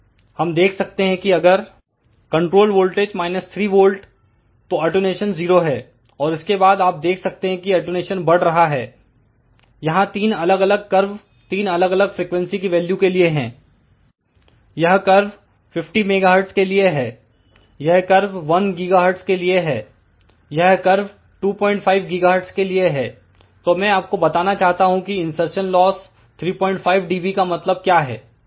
हम देख सकते हैं कि अगर कंट्रोल वोल्टेज 3V तो अटेंन्यूशन 0 है और इसके बाद आप देख सकते हैं कि अटेंन्यूशन बढ़ रहा है यहां 3 अलग अलग कर्व तीन अलग अलग फ्रीक्वेंसी की वैल्यू के लिए है यह कर्व 50MHz के लिए है यह कर्व 1GHz के लिए है यह कर्व 25 GHz के लिए है तो मैं आपको बताना चाहता हूं कि इनसरसन लॉस 35 dB का मतलब क्या है